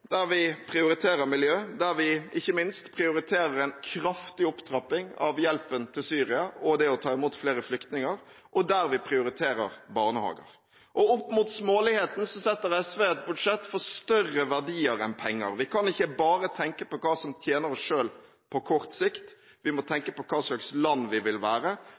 der vi prioriterer miljø, der vi ikke minst prioriterer en kraftig opptrapping av hjelpen til Syria og det å ta imot flere flyktninger, og der vi prioriterer barnehager. Opp mot småligheten setter SV et budsjett for større verdier enn penger. Vi kan ikke bare tenke på hva som tjener oss selv på kort sikt, vi må tenke på hva slags land vi vil være,